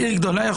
בעיר גדולה,